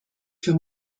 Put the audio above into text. für